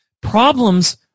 Problems